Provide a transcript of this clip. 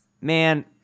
Man